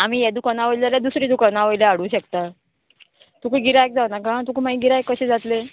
आमी हें दुकानां वयलें जाल्यार दुसरी दुकानां वयल्या हाडूं शकता तुका गिरायक जावं नाका तुका मागीर गिरायक कशें जातलें